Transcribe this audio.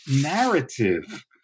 narrative